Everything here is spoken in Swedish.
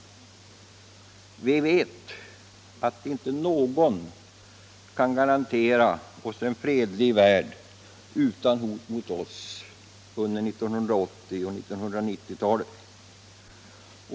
Vi vet att inte någon kan garantera oss en fredlig värld utan hot mot oss under 1980 och 1990-talen.